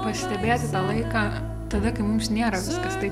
pastebėti tą laiką tada kai mums nėra viskas taip